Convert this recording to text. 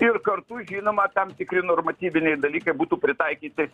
ir kartu žinoma tam tikri normatyviniai dalykai būtų pritaikyti